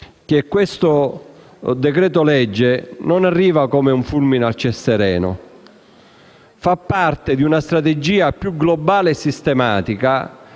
che questo decreto-legge non arriva come un fulmine a ciel sereno, ma fa parte di una strategia più globale e sistematica